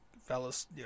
fellas